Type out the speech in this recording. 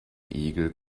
igel